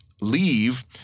leave